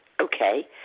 okay